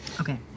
Okay